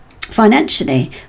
financially